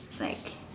like